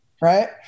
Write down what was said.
Right